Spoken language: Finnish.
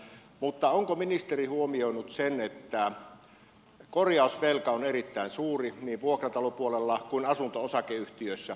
mutta onko ministeri huomioinut sen että korjausvelka on erittäin suuri niin vuokratalopuolella kuin asunto osakeyhtiöissä